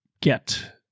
get